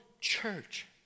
church